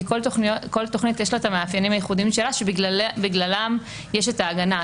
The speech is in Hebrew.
כי לכל תוכנית יש את המאפיינים הייחודיים שלה שבגללם יש את ההגנה.